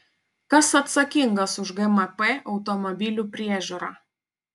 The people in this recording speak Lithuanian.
kas atsakingas už gmp automobilių priežiūrą